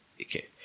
Okay